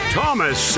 Thomas